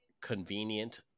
convenient